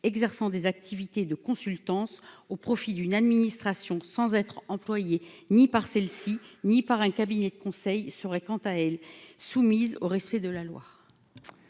exerçant des activités de consultance au profit d'une administration sans être employée ni par celle-ci, ni par un cabinet de conseil serait quant à elle, soumise au respect de la loi.